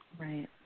Right